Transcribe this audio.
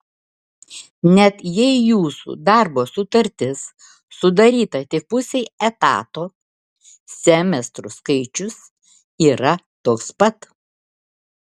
net jei jūsų darbo sutartis sudaryta tik pusei etato semestrų skaičius yra toks pat